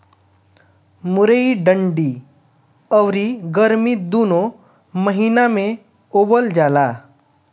मुरई ठंडी अउरी गरमी दूनो महिना में बोअल जाला